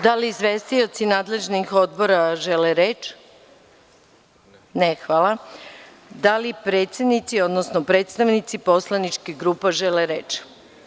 Da li izvestioci nadležnih odbora žele reč? (Ne) Da li predsednici, odnosno predstavnici poslaničkih grupa žele reč?